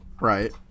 Right